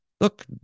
Look